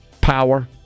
power